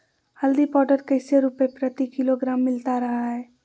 हल्दी पाउडर कैसे रुपए प्रति किलोग्राम मिलता रहा है?